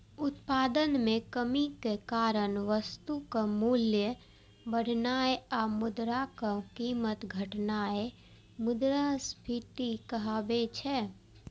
उत्पादन मे कमीक कारण वस्तुक मूल्य बढ़नाय आ मुद्राक कीमत घटनाय मुद्रास्फीति कहाबै छै